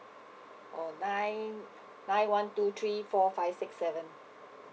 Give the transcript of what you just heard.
oh nine nine one two three four five six seven